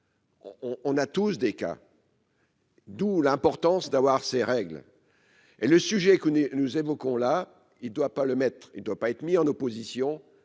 on a tous des cas. D'où l'importance d'avoir ses règles et le sujet que nous évoquons, là il doit pas le mettre il doit pas être mis en opposition